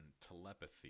telepathy